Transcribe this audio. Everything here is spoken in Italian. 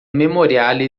memoriale